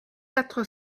quatre